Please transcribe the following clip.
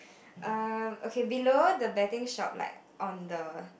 um okay below the betting shop like on the